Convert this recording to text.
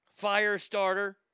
Firestarter